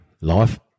life